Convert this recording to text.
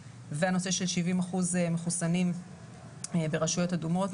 והנושא של שבעים אחוז מחוסנים ברשויות אדומות,